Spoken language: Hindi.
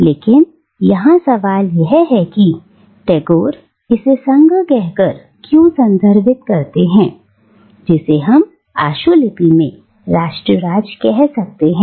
लेकिन यहां सवाल यह है कि टैगोर इसे संघ कहकर क्यों संदर्भित करते हैं जिसे हम आशुलिपि में राष्ट्र राज्य कह सकते हैं